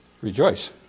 rejoice